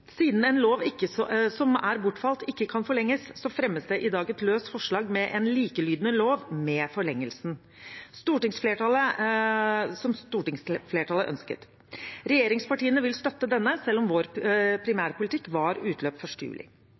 Siden en lov som er bortfalt, ikke kan forlenges, fremmes det i dag et løst forslag om en likelydende lov med forlengelsen, som stortingsflertallet ønsket. Regjeringspartiene vil støtte denne, selv om vår primærpolitikk var utløp 1. juli.